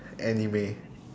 anime